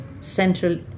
central